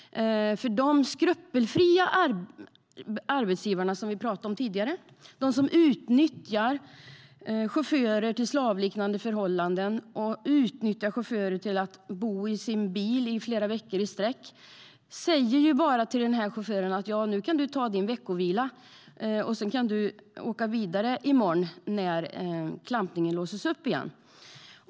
Vi talade tidigare om de skrupelfria arbetsgivarna, som utnyttjar chaufförer under slavliknande förhållanden, låter dem bo i sina bilar i flera veckor i sträck, som säger till chaufförerna att ta sin veckovila och sedan åka vidare i morgon när klampningen låses upp igen.